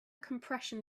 compression